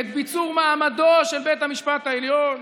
את ביצור מעמדו של בית המשפט העליון,